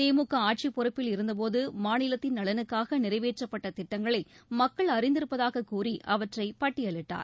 திமுக ஆட்சிப் பொறுப்பில் இருந்த போது மாநிலத்தின் நலனுக்காக நிறைவேற்றப்பட்ட திட்டங்களை மக்கள் அறிந்திருப்பதாக கூறி அவற்றை பட்டியலிட்டார்